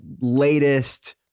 latest